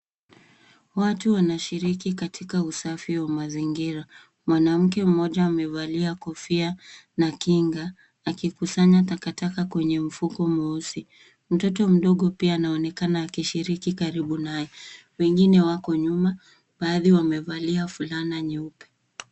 Watu wanashiriki katika usafi wa mazingira. Mwanamke mmoja amevalia kofia na kinga akikusanya takataka kwenye mfuko mweusi. Mtoto mdogo pia anaonekana akishiriki karibu naye. Wengine wako nyuma, baadhi wamevalia fulana nyeupe.